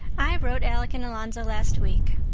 i wrote alec and alonzo last week.